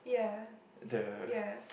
yeah yeah